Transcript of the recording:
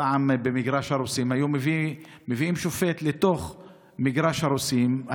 פעם במגרש הרוסים היו מביאים שופט לתוך מגרש הרוסים,